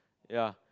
ya